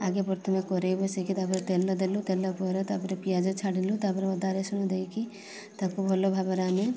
ଆଗେ ପ୍ରଥମେ କରେଇ ବସାଇକି ତା'ପରେ ତେଲ ଦେଲୁ ତେଲ ପରେ ତା'ପରେ ପିଆଜ ଛାଡ଼ିଲୁ ତାପରେ ଅଦା ରସୁଣ ଦେଇକି ତାକୁ ଭଲ ଭାବରେ ଆମେ